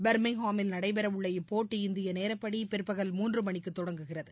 பர்மிங்ஹாமில் நடைபெற உள்ள இப்போட்டி இந்திய நேரப்படி பிற்பகல் மூன்று மணிக்குத் தொடங்குகிறது